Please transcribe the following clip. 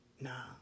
Nah